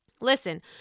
Listen